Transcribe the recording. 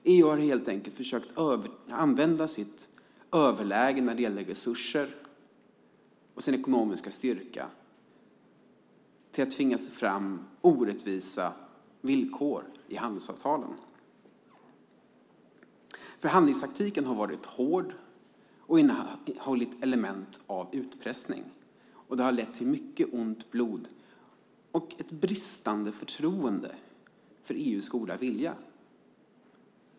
EU har helt enkelt försökt använda sitt överläge när det gäller resurser och sin ekonomiska styrka till att tvinga fram orättvisa villkor i handelsavtalen. Förhandlingstaktiken har varit hård och innehållit element av utpressning, och det har lett till mycket ont blod och bristande förtroende för EU:s goda vilja.